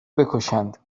بکشند